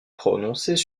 prononcées